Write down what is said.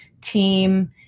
team